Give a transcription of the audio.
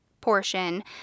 portion